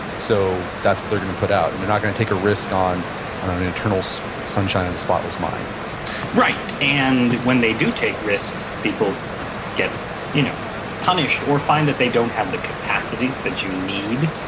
so that's what they're gonna put out and they're not gonna take a risk on, i don't know an eternal so sunshine of the spotless mind right, and when they do take risks people get you know punished or find that they don't have the capacities that you need.